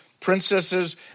princesses